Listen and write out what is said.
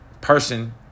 person